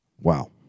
wow